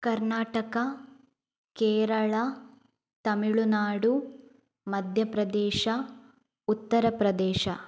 Karnataka Kerala Tamil Nadu Madhya Pradesh Uttar Pradesh